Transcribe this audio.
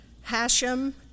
Hashem